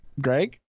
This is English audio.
Greg